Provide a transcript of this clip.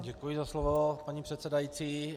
Děkuji za slovo, paní předsedající.